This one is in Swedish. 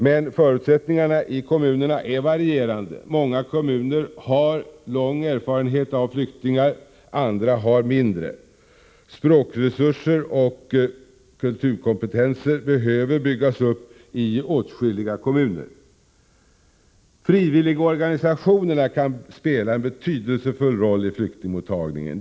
Men förutsättningarna i kommunerna är varierande. Många kommuner har lång erfarenhet av flyktingar, andra har mindre. Språkresurser och kulturkompetenser behöver byggas upp i åtskilliga kommuner. Frivilligorganisationerna kan spela en betydelsefull roll i flyktingmottagningen.